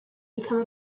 become